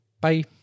bye